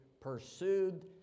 pursued